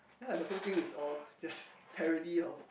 ya like the whole thing is all just parody of